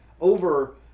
over